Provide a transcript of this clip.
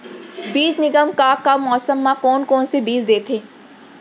बीज निगम का का मौसम मा, कौन कौन से बीज देथे?